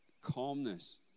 Calmness